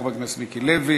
חבר הכנסת מיקי לוי,